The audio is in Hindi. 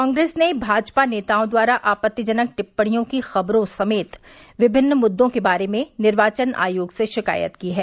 कांग्रेस ने भाजपा नेताओं द्वारा आपत्तिजनक टिप्पणियों की खबरों समेत विभिन्न मुद्दों के बारे में निर्वाचन आयोग से शिकायत की है